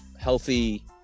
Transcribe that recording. healthy